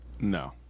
No